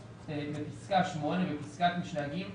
בפסקה (8), בפסקת משנה (ג),